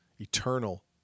Eternal